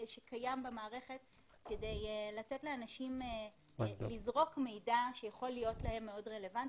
במערכת כדי לתת לאנשים לזרוק מידע שיכול להיות להם מאוד רלבנטי.